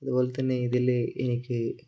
അതുപോലെ തന്നെ ഇതിൽ എനിക്ക്